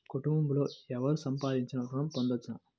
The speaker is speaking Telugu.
కుటుంబంలో ఎవరు సంపాదించినా ఋణం పొందవచ్చా?